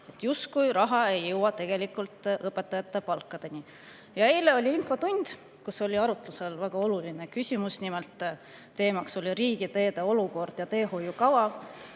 justkui raha ei jõua tegelikult õpetajate palkadesse. Eile oli infotund, kus oli arutluse all väga oluline küsimus. Nimelt, teema oli riigiteede olukord ja teehoiukava.